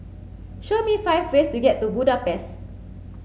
show me five ways to get to Budapest